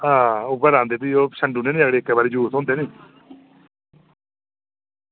आं उऐ लांदे नी भी इक्कै बारी यूज़ होंदे नी